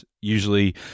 Usually